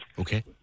Okay